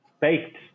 baked